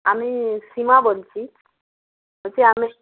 আমি সীমা বলছি বলছি আমি